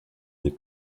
des